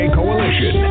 Coalition